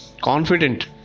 confident